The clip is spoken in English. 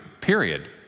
Period